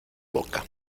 boca